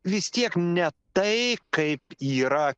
vis tiek ne tai kaip yra